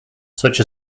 such